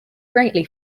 greatly